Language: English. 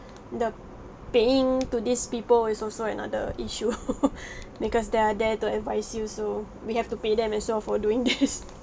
the paying to these people is also another issue because they are there to advise you so we have to pay them as well for doing this